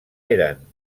eren